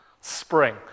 spring